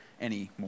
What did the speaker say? anymore